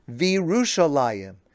virushalayim